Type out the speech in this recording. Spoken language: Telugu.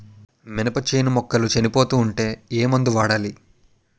మినప చేను మొక్కలు చనిపోతూ ఉంటే ఏమందు వాడాలి?